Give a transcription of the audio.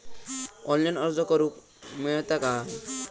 Online अर्ज करूक मेलता काय?